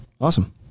Awesome